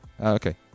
okay